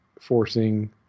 forcing